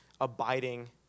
abiding